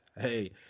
Hey